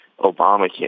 Obamacare